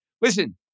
listen